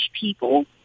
people